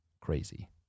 Crazy